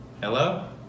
Hello